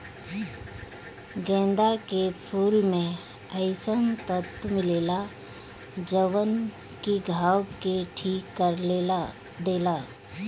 गेंदा के फूल में अइसन तत्व मिलेला जवन की घाव के ठीक कर देला